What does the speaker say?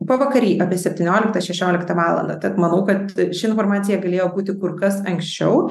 pavakary apie septynioliktą šešioliktą valandą tad manau kad ši informacija galėjo būti kur kas anksčiau